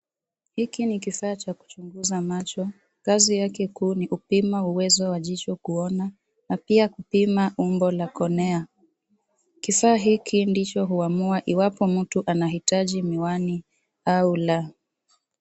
Hiki ni kifaa cha kuchunguza macho. Kazi yake kuu ni kupima uwezo wa jicho kuona, na pia kupima umbo la konea. Kifaa hiki ndicho huamua iwapo mtu anahitaji miwani, au la.